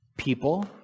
people